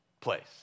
place